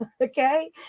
Okay